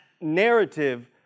narrative